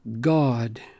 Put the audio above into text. God